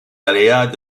aléas